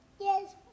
Yes